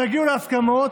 תגיעו להסכמות,